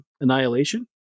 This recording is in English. Annihilation